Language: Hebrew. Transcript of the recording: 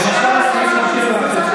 לאפשר להם להעלות את זה?